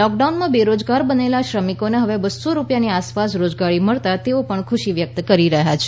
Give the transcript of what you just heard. lock ડાઉનમાં બેરોજગાર બનેલા શ્રમિકોને હવે બસો રૂપિયાની આસપાસ રોજગારી મળતા તેઓ ખુશી વ્યક્ત કરી રહ્યા છે